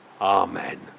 Amen